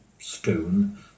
stone